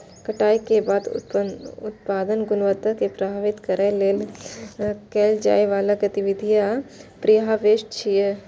कटाइ के बाद उत्पादक गुणवत्ता कें प्रभावित करै लेल कैल जाइ बला गतिविधि प्रीहार्वेस्ट छियै